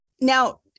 Now